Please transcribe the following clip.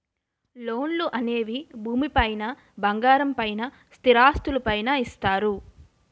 లోన్లు అనేవి భూమి పైన బంగారం పైన స్థిరాస్తులు పైన ఇస్తారు